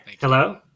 Hello